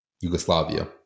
Yugoslavia